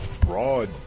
broad